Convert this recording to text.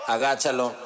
Agáchalo